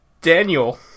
Daniel